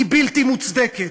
הוא בלתי מוצדק.